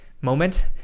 moment